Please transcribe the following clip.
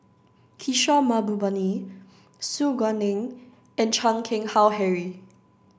Kishore Mahbubani Su Guaning and Chan Keng Howe Harry